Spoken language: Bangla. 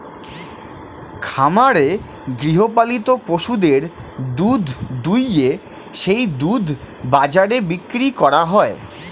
খামারে গৃহপালিত পশুদের দুধ দুইয়ে সেই দুধ বাজারে বিক্রি করা হয়